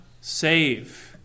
save